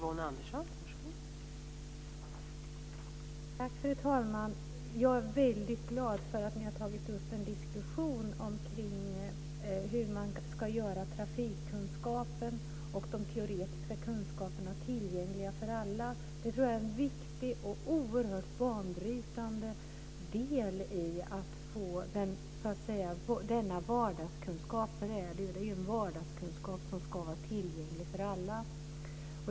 Fru talman! Jag är väldigt glad för att ni har tagit upp en diskussion om hur man ska göra trafikkunskapen och de teoretiska kunskaperna tillgängliga för alla. Det tror jag är en viktig och oerhört banbrytande del i att få denna vardagskunskap, för det här är ju en vardagskunskap som ska vara tillgänglig för alla.